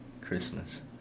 christmas